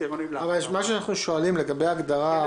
--- מה שאנחנו שואלים, לגבי הגדרה.